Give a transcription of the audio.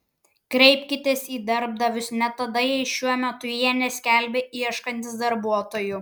kreipkitės į darbdavius net tada jei šiuo metu jie neskelbia ieškantys darbuotojų